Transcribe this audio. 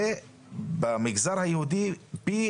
ובמגזר היהודי פי